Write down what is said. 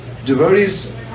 Devotees